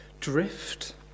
drift